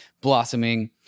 blossoming